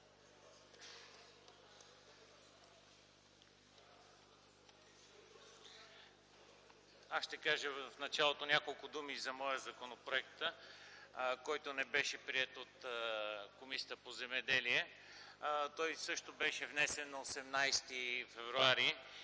аз ще кажа няколко думи за моя законопроект, който не беше приет от Комисията по земеделие. Той също беше внесен на 18 февруари